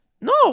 no